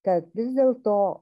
kad vis dėlto